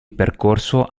percorso